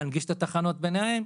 להנגיש את תחנות הביניים,